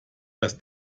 dass